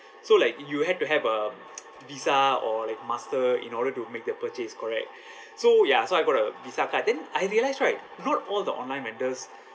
so like you had to have a visa or like master in order to make the purchase correct so ya so I got a visa card then I realise right not all the online vendors